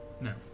No